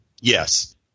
yes